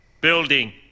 building